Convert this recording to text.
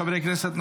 חברי הכנסת,